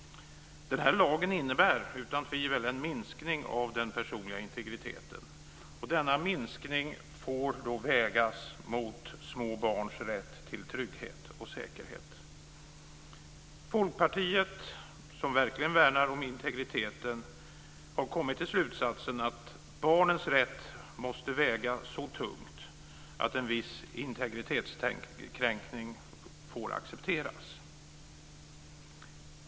Denna lag innebär utan tvivel en minskning av den personliga integriteten. Denna minskning får då vägas mot små barns rätt till trygghet och säkerhet. Folkpartiet, som verkligen värnar om integriteten, har kommit till slutsatsen att barnens rätt måste väga så tungt att en viss integritetskränkning får accepteras.